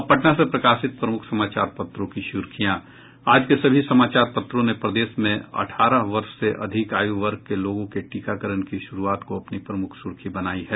अब पटना से प्रकाशित प्रमुख समाचार पत्रों की सुर्खियां आज के सभी समाचार पत्रों ने प्रदेश में अठारव वर्ष से अधिक आयु वर्ग के लोगों के टीकाकरण की शुरूआत को अपनी प्रमुख सुर्खी बनाई है